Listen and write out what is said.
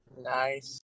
nice